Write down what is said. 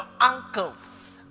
uncles